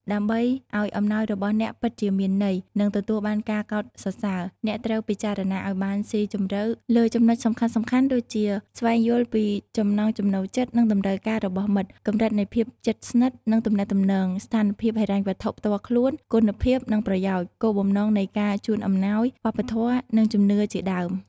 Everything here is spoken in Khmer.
ដើម្បីឲ្យអំណោយរបស់អ្នកពិតជាមានន័យ និងទទួលបានការកោតសរសើរ អ្នកត្រូវពិចារណាឲ្យបានស៊ីជម្រៅលើចំណុចសំខាន់ៗ ដូចជា ស្វែងយល់ពីចំណង់ចំណូលចិត្ត និងតម្រូវការរបស់មិត្ត កម្រិតនៃភាពជិតស្និទ្ធ និងទំនាក់ទំនង ស្ថានភាពហិរញ្ញវត្ថុផ្ទាល់ខ្លួន គុណភាព និងប្រយោជន៍ គោលបំណងនៃការជូនអំណោយ វប្បធម៌ និងជំនឿជាដើម។